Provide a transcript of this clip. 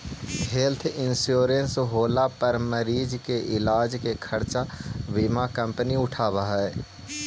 health insurance होला पर मरीज के इलाज के खर्चा बीमा कंपनी उठावऽ हई